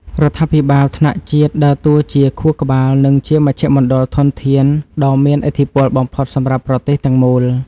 រដ្ឋាភិបាលថ្នាក់ជាតិដើរតួជា ខួរក្បាល និងជាមជ្ឈមណ្ឌលធនធាន ដ៏មានឥទ្ធិពលបំផុតសម្រាប់ប្រទេសទាំងមូល។